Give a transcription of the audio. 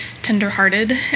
tenderhearted